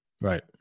Right